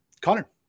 Connor